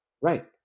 Right